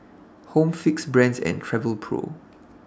Home Fix Brand's and Travelpro